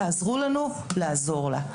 תעזרו לנו לעזור לה.